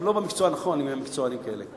לא במקצוע הנכון אם הם מקצוענים כאלה.